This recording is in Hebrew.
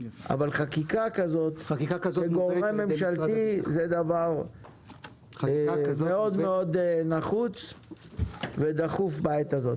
אבל חקיקה כזאת מגורם ממשלתי זה דבר מאוד מאוד נחוץ ודחוף בעת הזו.